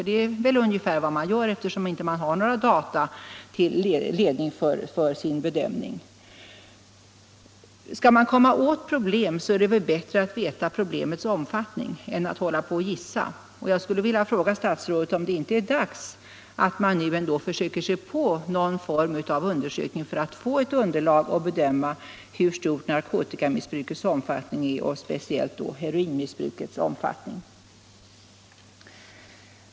Det är väl ungefär vad man gör, eftersom man inte har några data till ledning för sin bedömning. Skall man komma åt problem, är det väl bättre att veta problemens omfattning än att hålla på och gissa. Jag skulle vilja fråga statsrådet om det inte är dags att nu försöka sig på någon form av undersökning för att få ett underlag för en bedömning av hur stor narkotikamissbrukets omfattning är och speciellt då heroinmissbrukets omfattning.